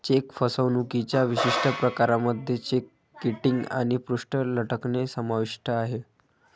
check फसवणुकीच्या विशिष्ट प्रकारांमध्ये चेक किटिंग आणि पृष्ठ लटकणे समाविष्ट आहे